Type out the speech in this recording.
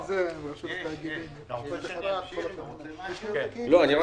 יש לי כוכבית במחשב, מה שקורא לי תיק ת"ת,